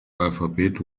alphabet